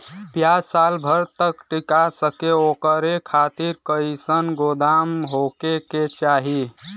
प्याज साल भर तक टीका सके ओकरे खातीर कइसन गोदाम होके के चाही?